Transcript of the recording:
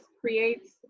creates